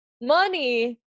money